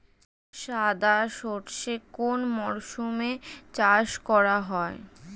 সাদা সর্ষে কোন মরশুমে চাষ করা হয়?